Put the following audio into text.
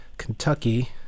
Kentucky